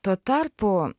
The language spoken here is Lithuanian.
tuo tarpu